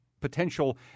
potential